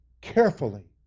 carefully